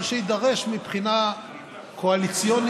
ככל שיידרש מבחינה קואליציונית,